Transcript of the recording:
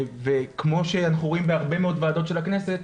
כמו שאנחנו רואים בהרבה מאוד ועדות של הכנסת,